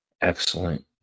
Excellent